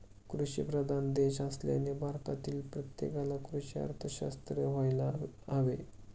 कृषीप्रधान देश असल्याने भारतातील प्रत्येकाला कृषी अर्थशास्त्र यायला हवे